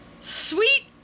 sweet